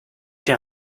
der